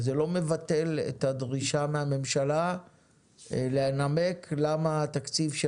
אבל זה לא מבטל את הדרישה מהממשלה לנמק למה התקציב של